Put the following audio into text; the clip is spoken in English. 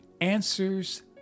answers